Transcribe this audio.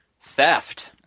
theft